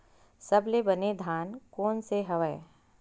सबले बने धान कोन से हवय?